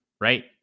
right